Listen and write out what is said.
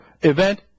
event